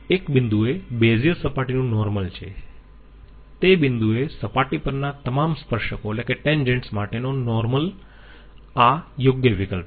એક બિંદુએ બેઝીઅર સપાટીનું નોર્મલ છે તે બિંદુએ સપાટી પરના તમામ સ્પર્શકો માટેનો નોર્મલ આ યોગ્ય વિકલ્પ છે